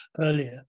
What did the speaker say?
earlier